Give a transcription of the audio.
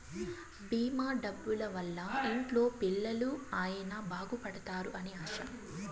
భీమా డబ్బుల వల్ల ఇంట్లో పిల్లలు అయిన బాగుపడుతారు అని ఆశ